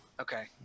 Okay